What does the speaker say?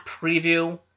preview